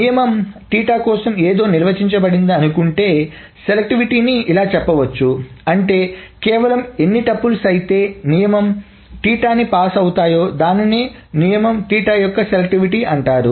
నియమం కోసం ఏదో నిర్వచించబడింది అనుకుంటే సెలెక్టివిటీ నీ ఇలా చెప్పవచ్చు అంటే కేవలం ఎన్ని టుపుల్స్ అయితే నియమం నీ పాస్ అవుతాయో దానినే నియమం యొక్క సెలెక్టివిటీ అంటారు